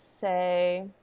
say